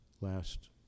last